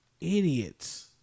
idiots